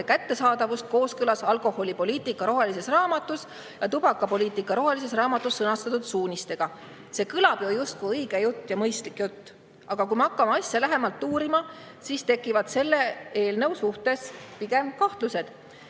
kättesaadavust kooskõlas alkoholipoliitika rohelises raamatus ja tubakapoliitika rohelises raamatus sõnastatud suunistega. See kõlab ju justkui õige ja mõistlik jutt, aga kui me hakkame asja lähemalt uurima, siis tekivad selle eelnõu suhtes pigem kahtlused.